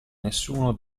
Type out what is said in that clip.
nessuno